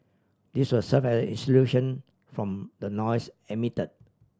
this will serve as insulation from the noise emitted